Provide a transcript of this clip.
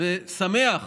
ושמח